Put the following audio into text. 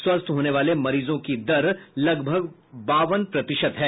स्वस्थ्य होने वाले मरीजों की दर लगभग बावन प्रतिशत है